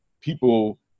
people